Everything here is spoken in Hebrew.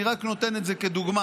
אני רק נותן את זה כדוגמה,